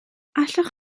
allwch